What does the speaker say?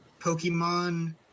Pokemon